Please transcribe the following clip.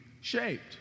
shaped